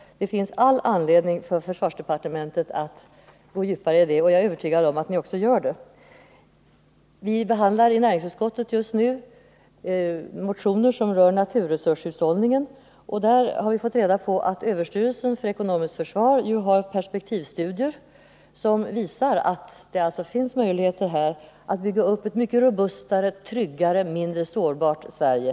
Det finns all anledning för försvarsdepartementet att gå djupare in i dessa frågor, och jag är övertygad om att ni också gör det där. Vi behandlar just nu i näringsutskottet motioner som gäller naturresurshushållningen. Vi har i samband därmed fått uppgift om att överstyrelsen för ekonomiskt försvar gör perspektivstudier som visar, att det finns möjligheter att bygga upp ett mycket robustare, tryggare och mindre sårbart Sverige.